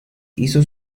hizo